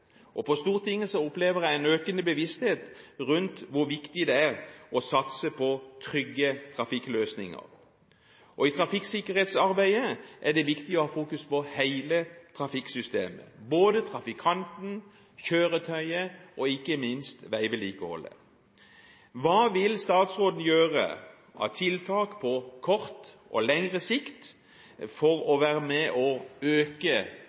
og på Stortinget opplever jeg en økende bevissthet om hvor viktig det er å satse på trygge trafikkløsninger. I trafikksikkerhetsarbeidet er det viktig å ha fokus på hele trafikksystemet, både trafikanten, kjøretøyet og ikke minst veivedlikeholdet. Hvilke tiltak vil statsråden gjøre på kort og på lengre sikt for å være med på å øke